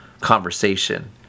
conversation